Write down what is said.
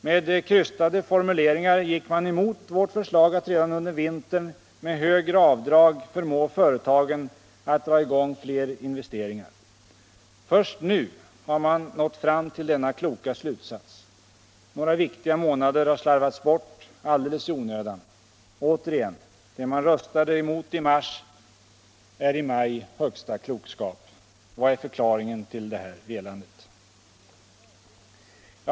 Med krystade formuleringar gick man emot vårt förslag att redan under vintern med högre avdrag förmå företagen att dra i gång fler investeringar. Först nu har man nått fram till denna kloka slutsats. Några viktiga månader har slarvats bort alldeles i onödan. Återigen: Det man röstade emot i mars är i maj högsta klokskap. Vad är förklaringen till detta velande?